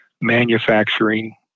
manufacturing